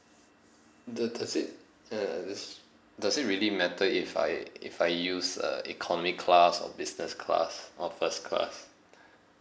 the does it uh does does it really matter if I if I use uh economy class or business class or first class